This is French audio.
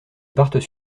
partent